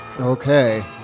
Okay